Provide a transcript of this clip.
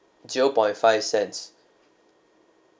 zero point five cents